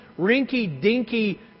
rinky-dinky